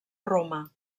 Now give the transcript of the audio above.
roma